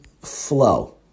flow